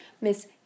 Miss